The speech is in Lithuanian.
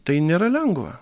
tai nėra lengva